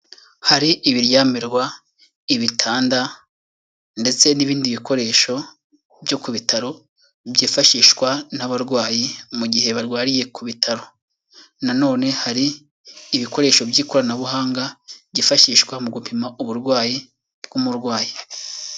Hari ibiryamirwa ibitanda ndetse n'ibindi bikoresho byo ku bitaro byifashishwa n'abarwayi mu gihe barwariye ku bitaro nanone hari ibikoresho by'ikoranabuhanga byifashishwa mu gupima uburwayi bw'umurwayi.